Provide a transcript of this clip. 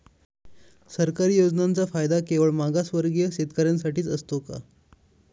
सरकारी योजनांचा फायदा केवळ मागासवर्गीय शेतकऱ्यांसाठीच असतो का?